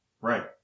Right